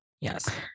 yes